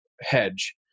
hedge